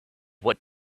what